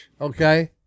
okay